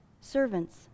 servants